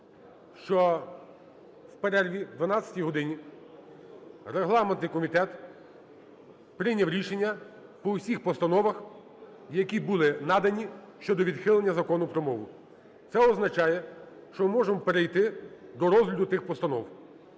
що в перерві, о 12-й годині, регламентний комітет прийняв рішення по усіх постановах, які були надані, щодо відхилення Закону про мову. Це означає, що ми можемо перейти до розгляду тих постанов.